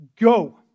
Go